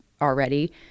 already